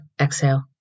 exhale